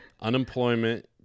Unemployment